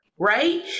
right